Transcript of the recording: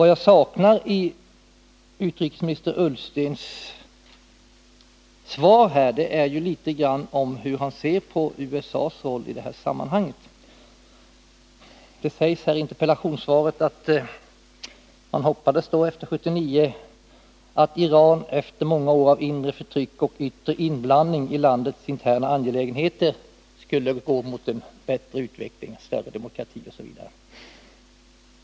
Vad jag saknar i utrikesminister Ullstens svar är något om hur han ser på USA:s roll i detta sammanhang. Det sägs i interpellationssvaret att man efter 1979 hoppades att Iran ”efter många år av inre förtryck och yttre inblandning i landets interna angelägenheter” skulle gå mot en bättre utveckling, med mer demokrati osv.